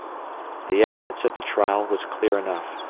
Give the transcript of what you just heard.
the evidence at the trial was clear enough.